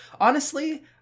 honestly-